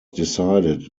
decided